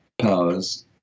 powers